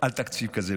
על תקציב כזה.